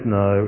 no